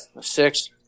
six